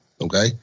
okay